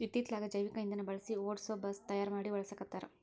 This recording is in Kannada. ಇತ್ತಿತ್ತಲಾಗ ಜೈವಿಕ ಇಂದನಾ ಬಳಸಿ ಓಡಸು ಬಸ್ ತಯಾರ ಮಡಿ ಬಳಸಾಕತ್ತಾರ